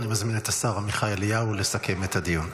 אני מזמין את השר עמיחי אליהו לסכם את הדיון.